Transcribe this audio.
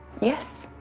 yes.